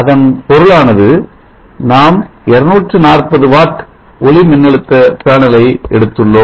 அதன் பொருளானது நாம் 240 வாட் ஒளிமின்னழுத்த பேனலை எடுத்துள்ளோம்